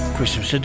Christmas